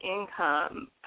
income